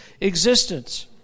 existence